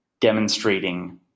demonstrating